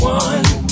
one